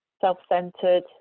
self-centered